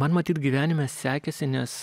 man matyt gyvenime sekėsi nes